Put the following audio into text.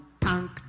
thank